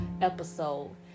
episode